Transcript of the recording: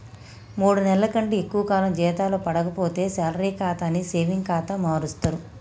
మూడు నెలల కంటే ఎక్కువ కాలం జీతాలు పడక పోతే శాలరీ ఖాతాని సేవింగ్ ఖాతా మారుస్తరు